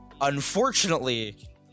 Unfortunately